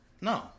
No